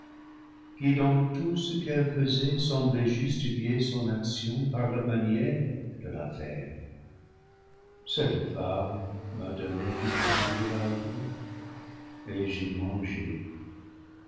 qui dans tout ce qu'elle faisait semblait justifier son action par la manière de la faire cette femme m'a donné du fruit de l'arbre et j'ai mangé